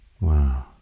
Wow